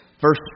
Verse